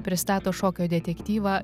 pristato šokio detektyvą